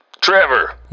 Trevor